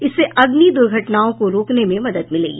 इससे अग्नि दुर्घटनाओं को रोकने में मदद मिलेगी